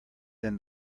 than